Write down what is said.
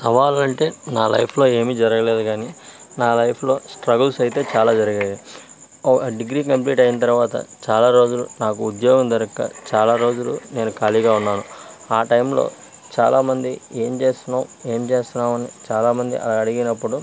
సవాళ్ళు అంటే నా లైఫ్లో ఏమి జరగలేదు గాని నా లైఫ్లో స్ట్రగుల్స్ అయితే చాలా జరిగాయి ఓ డిగ్రీ కంప్లీట్ అయినా తర్వాత చాలా రోజులు నాకు ఉద్యోగం దొరకక చాలా రోజులు నేను ఖాళీగా ఉన్నాను ఆ టైంలో చాలా మంది ఏం చేస్తున్నావు ఏం చేస్తున్నావు అని చాలా మంది అలా అడిగినప్పుడు